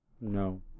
No